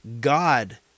God